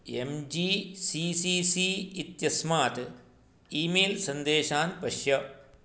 एं G C C C इत्यस्मात् email सन्देशान् पश्य